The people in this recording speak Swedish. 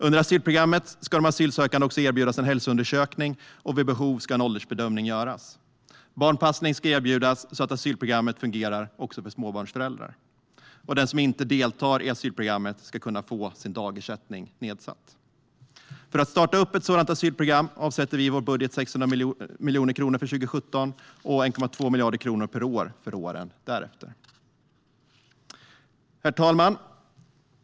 Under asylprogrammet ska de asylsökande också erbjudas en hälsoundersökning, och vid behov ska en åldersbedömning göras. Barnpassning ska erbjudas, så att asylprogrammet fungerar också för småbarnsföräldrar. Och den som inte deltar i asylprogrammet ska kunna få en minskad dagersättning. För att ett sådant asylprogram ska startas avsätter vi i vår budget 600 miljoner kronor för 2017 och 1,2 miljarder kronor per år för åren därefter. Herr talman!